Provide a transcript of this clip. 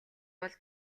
бол